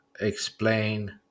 explain